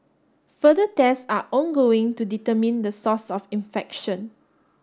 further tests are ongoing to determine the source of infection